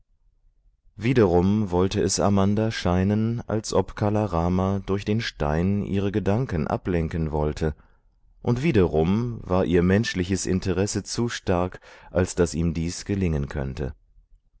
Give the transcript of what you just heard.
wiederum wollte es amanda scheinen als ob kala rama durch den stein ihre gedanken ablenken wollte und wiederum war ihr menschliches interesse zu stark als daß ihm dies gelingen könnte